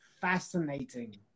fascinating